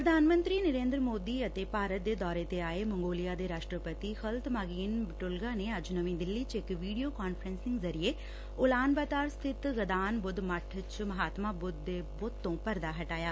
ਪ੍ਰਧਾਨ ਮੰਤਰੀ ਨਰੇਂਦਰ ਮੋਦੀ ਅਤੇ ਭਾਰਤ ਦੇ ਦੌਰੇ ਤੇ ਆਏ ਮੰਗੋਲੀਆ ਦੇ ਰਾਸ਼ਟਰਪਤੀ ਖ਼ਲਤ ਮਾਗੀਨ ਬਟੁਲਗਾ ਨੇ ਅੱਜ ਨਵੀਂ ਦਿੱਲੀ ਚ ਇਕ ਵੀਡੀਓ ਕਾਨਰਫਰਸਿੰਗ ਜ਼ਰੀਏ ਉਲਾਨ ਬਾਤਾਰ ਸਬਿਤ ਗਦਾਨ ਬੂੱਧ ਮੱਠ ਚ ਮਹਾਤਮਾ ਬੂੱਧ ਦੇ ਬੂੱਤ ਤੋਂ ਪਰਦਾ ਹਟਾਇਆ